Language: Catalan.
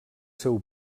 seu